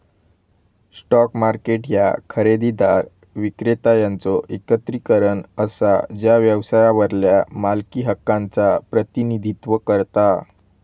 stock market ह्या खरेदीदार, विक्रेता यांचो एकत्रीकरण असा जा व्यवसायावरल्या मालकी हक्कांचा प्रतिनिधित्व करता